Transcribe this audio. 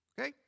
Okay